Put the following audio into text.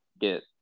get